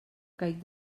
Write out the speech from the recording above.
caic